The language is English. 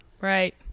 Right